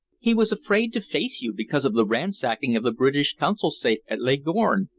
he was afraid to face you because of the ransacking of the british consul's safe at leghorn,